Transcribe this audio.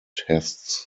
tests